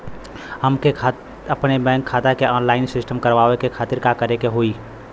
हमके अपने बैंक खाता के ऑनलाइन सिस्टम करवावे के खातिर का करे के होई?